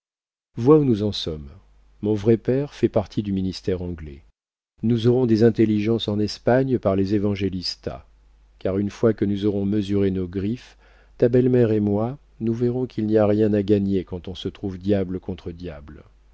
vois où nous en sommes mon vrai père fait partie du ministère anglais nous aurons des intelligences en espagne par les évangélista car une fois que nous aurons mesuré nos griffes ta belle-mère et moi nous verrons qu'il n'y a rien à gagner quand on se trouve diable contre diable